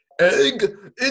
egg